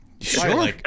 Sure